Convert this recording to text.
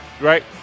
Right